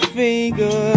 finger